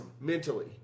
mentally